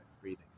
breathing